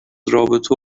رابطه